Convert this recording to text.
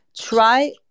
try